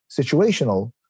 situational